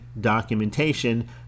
documentation